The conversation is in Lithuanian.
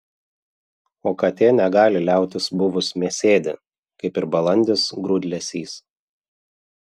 o katė negali liautis buvus mėsėdė kaip ir balandis grūdlesys